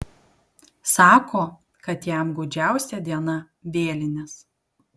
sako kad jam gūdžiausia diena vėlinės